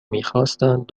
میخواستند